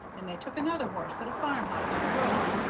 and they took another horse at a farm-house on the road.